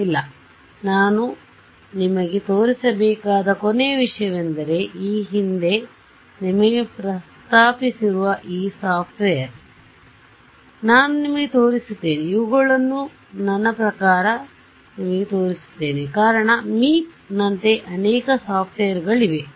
ಇಲ್ಲ ಸರಿ ನಾನು ನಿಮಗೆ ತೋರಿಸಬೇಕಾದ ಕೊನೆಯ ವಿಷಯವೆಂದರೆ ನಾನು ಈ ಹಿಂದೆ ನಿಮಗೆ ಪ್ರಸ್ತಾಪಿಸಿರುವ ಈ ಸಾಫ್ಟ್ವೇರ್ ನಾನು ನಿಮಗೆ ತೋರಿಸುತ್ತೇನೆ ಅವುಗಳನ್ನು ನನ್ನ ಪ್ರಕಾರ ನಾನು ನಿಮಗೆ ತೋರಿಸುತ್ತೇನೆ ಕಾರಣ ಮೀಪ್ನಂತೆ ಅನೇಕ ಸಾಫ್ಟ್ವೇರ್ಗಳಿವೆ